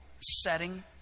setting